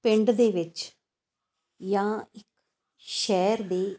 ਪਿੰਡ ਦੇ ਵਿੱਚ ਜਾਂ ਸ਼ਹਿਰ ਦੀ